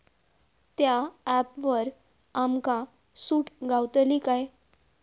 त्या ऍपवर आमका सूट गावतली काय?